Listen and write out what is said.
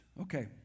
Okay